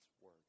word